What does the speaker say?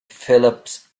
phillips